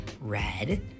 red